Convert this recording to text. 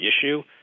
issue